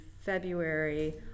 February